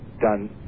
done